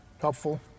helpful